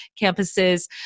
campuses